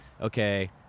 okay